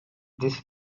this